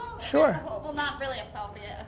sure. well, not really a ah